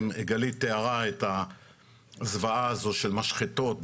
גלית תיארה את הזוועה הזו של טול כרם של משחטות,